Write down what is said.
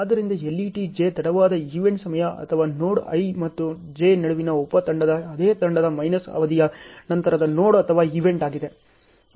ಆದ್ದರಿಂದ LET j ತಡವಾದ event ಸಮಯ ಅಥವಾ ನೋಡ್ ಐ ಮತ್ತು ಜೆ ನಡುವಿನ ಉಪ ತಂಡದ ಅದೇ ತಂಡದ ಮೈನಸ್ ಅವಧಿಯ ನಂತರದ ನೋಡ್ ಅಥವಾ ಈವೆಂಟ್ ಆಗಿದೆ